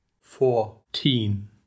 fourteen